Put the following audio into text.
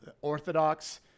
orthodox